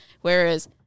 whereas